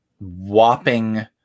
whopping